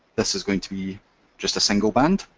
this is going to be just a single band,